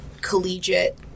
collegiate